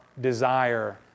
desire